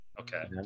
Okay